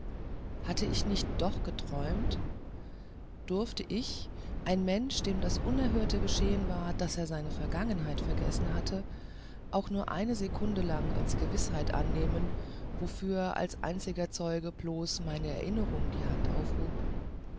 hatte ich nicht doch geträumt durfte ich ein mensch dem das unerhörte geschehen war daß er seine vergangenheit vergessen hatte auch nur eine sekunde lang als gewißheit annehmen wofür als einziger zeuge bloß meine erinnerung die hand aufhob